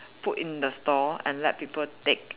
put in the stall and let people take